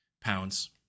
pounds